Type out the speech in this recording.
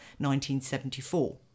1974